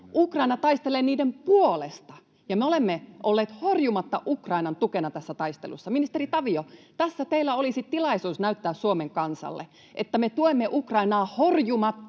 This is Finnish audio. Ukraina taistelee niiden puolesta, ja me olemme olleet horjumatta Ukrainan tukena tässä taistelussa. Ministeri Tavio, tässä teillä olisi tilaisuus näyttää Suomen kansalle, että me tuemme Ukrainaa horjumatta